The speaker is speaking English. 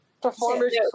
Performers